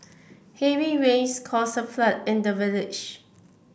heavy rains caused a flood in the village